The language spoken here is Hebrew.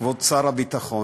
כבוד שר הביטחון,